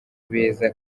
beza